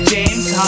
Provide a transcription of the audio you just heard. James